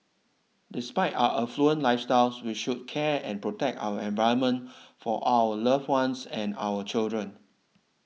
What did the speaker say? despite our affluent lifestyles we should care and protect our environment for our loved ones and our children